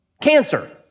Cancer